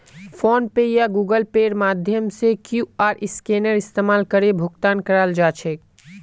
phone पे या Google पेर माध्यम से क्यूआर स्कैनेर इस्तमाल करे भुगतान कराल जा छेक